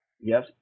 Yes